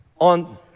on